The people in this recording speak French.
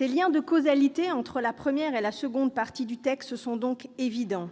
Les liens de causalité entre la première et la seconde partie du texte sont donc évidents.